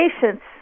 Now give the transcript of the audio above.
patients